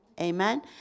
amen